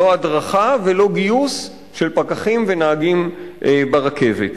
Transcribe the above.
לא הדרכה ולא גיוס של פקחים ונהגים ברכבת.